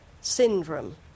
syndrome